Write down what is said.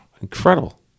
incredible